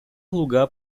lugar